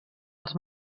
els